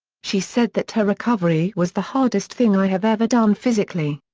she said that her recovery was the hardest thing i have ever done physically.